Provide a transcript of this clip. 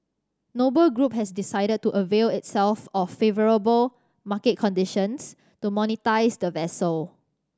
Noble Group has decided to avail itself of favourable market conditions to monetise the vessel